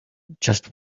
just